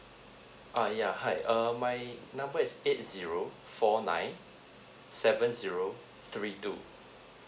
uh yeah hi uh my number is eight zero four nine seven zero three two